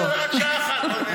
כן, רק שעה אחת.